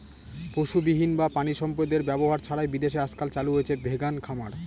পশুবিহীন বা প্রানীসম্পদ এর ব্যবহার ছাড়াই বিদেশে আজকাল চালু হয়েছে ভেগান খামার